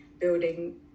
building